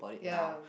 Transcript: ya